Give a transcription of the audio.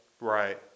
Right